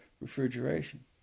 refrigeration